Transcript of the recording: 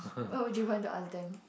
what would you want to ask them